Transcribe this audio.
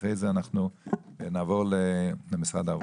אחר כך נעבור למשרד העבודה.